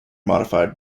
modified